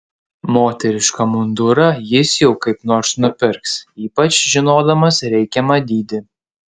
moterišką mundurą jis jau kaip nors nupirks ypač žinodamas reikiamą dydį